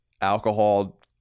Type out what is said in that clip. alcohol